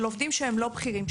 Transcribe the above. לעובדים שהם לא בכירים,